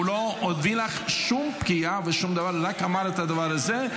הוא לא פגע בך ושום דבר, רק אמר את הדבר הזה.